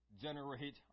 generate